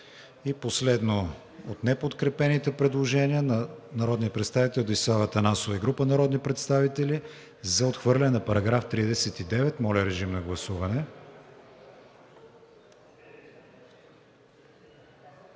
И последно от неподкрепените предложения на народния представител Десислава Атанасова и група народни представители за отхвърляне на § 39. Гласували